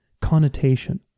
connotation